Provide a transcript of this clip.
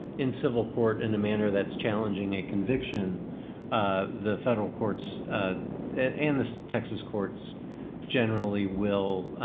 in civil court in a manner that's challenging a conviction the federal courts and the texas courts generally will